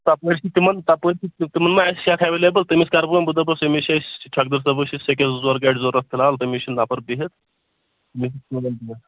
تَپٲرۍ چھِ تِمَن تَپٲرۍ چھِ تِمَن ما آسہِ سیٚکھ اٮ۪ولیبٕل تٔمِس کَرٕ بہٕ وۄنۍ بہٕ دَپَس أمِس چھَ أسۍ ٹھیٚکدر صٲبَس چھِ أسۍ سیٚکٮ۪س زٕ ژور گاڑِ ضروٗرَت فِل حال تٔمِس چھِ نَفَر بِہِتھ